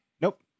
Nope